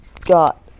got